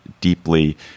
deeply